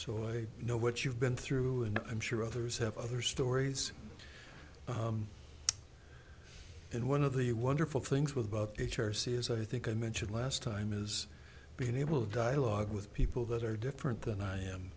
so i know what you've been through and i'm sure others have other stories and one of the wonderful things with h r c is i think i mentioned last time is being able dialogue with people that are different than i am